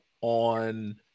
on